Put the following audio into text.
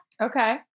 Okay